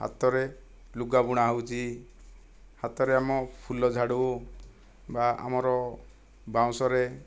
ହାତରେ ଲୁଗା ବୁଣା ହେଉଛି ହାତରେ ଆମ ଫୁଲଝାଡ଼ୁ ବା ଆମର ବାଉଁଶରେ